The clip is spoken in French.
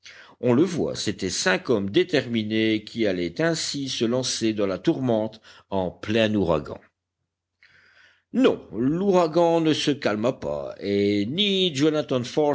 on le voit c'étaient cinq hommes déterminés qui allaient ainsi se lancer dans la tourmente en plein ouragan non l'ouragan ne se calma pas et ni jonathan